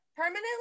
permanently